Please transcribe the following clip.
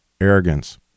Arrogance